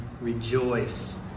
Rejoice